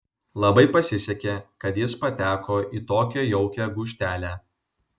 labai pasisekė kad jis pateko į tokią jaukią gūžtelę